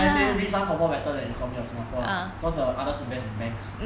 then I say this one confirm better than economy singapore lah cause others invest in banks